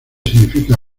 significa